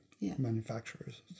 manufacturers